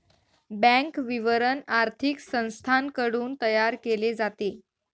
bank विवरण आर्थिक संस्थांकडून तयार केले जाते